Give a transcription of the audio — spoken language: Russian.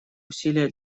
усилия